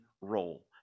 role